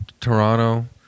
toronto